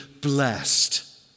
blessed